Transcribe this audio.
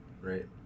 Right